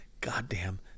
goddamn